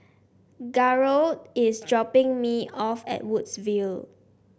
Garold is dropping me off at Woodsville